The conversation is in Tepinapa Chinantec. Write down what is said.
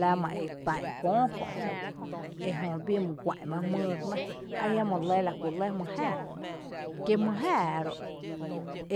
Lama e tá’n köö kö’ jö ejö bii my guá’n bá jmyy ere né ajiama lɇ la kú lɇ mý jáaá kí mý jáaá ro’